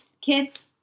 kids